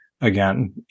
again